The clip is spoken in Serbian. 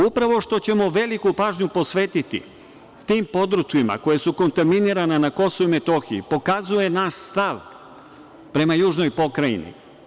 Upravo što ćemo veliku pažnju posvetiti tim područjima koja su kontaminirana na KiM pokazuje naš stav prema južnoj Pokrajini.